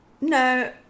No